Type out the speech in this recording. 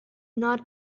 not